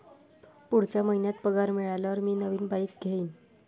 पुढच्या महिन्यात पगार मिळाल्यावर मी नवीन बाईक घेईन